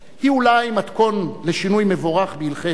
היא אולי מתכון לשינוי מבורך בהלכי רוח,